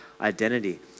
identity